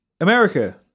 America